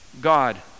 God